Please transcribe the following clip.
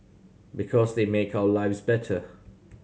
because they make our lives better